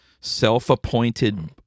self-appointed